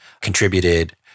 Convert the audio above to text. contributed